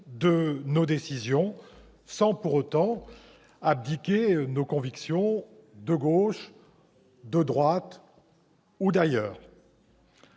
de nos décisions, sans pour autant que nous abdiquions nos convictions de gauche, de droite ou d'ailleurs